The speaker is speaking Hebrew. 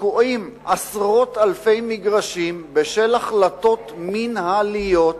תקועים עשרות אלפי מגרשים בשל החלטות מינהליות,